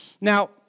Now